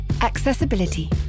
Accessibility